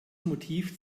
motiv